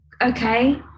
okay